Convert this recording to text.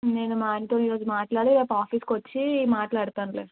నేను మా ఆయనతో ఈరోజు మాట్లాడి రేపు ఆఫీస్కి వచ్చి మాట్లాడతానులే